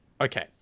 okay